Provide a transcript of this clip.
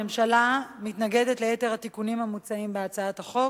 הממשלה מתנגדת ליתר התיקונים המוצעים בהצעת החוק,